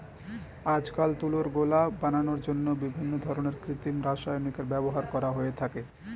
আজকাল তুলোর গোলা বানানোর জন্য বিভিন্ন ধরনের কৃত্রিম রাসায়নিকের ব্যবহার করা হয়ে থাকে